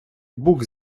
бук